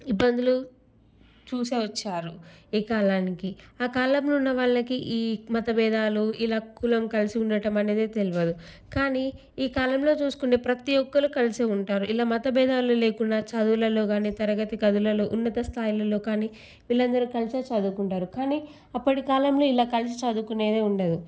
ఇబ్బందులు చూసే వచ్చారు ఈ కాలానికి ఆ కాలంలో ఉన్న వాళ్ళకి ఈ మత భేదాలు ఇలా కులం కలిసి ఉండటం అనేది తెలియదు కానీ ఈ కాలంలో చూసుకుంటే ప్రత్తీ ఒక్కళ్ళు కలిసే ఉంటారు ఇలా మత భేదాలు లేకుండా చదువులలో గానీ తరగతి గదులలో ఉన్నత స్థాయిలల్లో కానీ పిల్లలందరూ కలిసే చదువుకుంటారు కానీ అప్పటి కాలంలో ఇలా కలిసి చదువుకునేదే ఉండదు